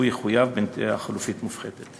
או שהוא יחויב בנטיעה חלופית מופחתת.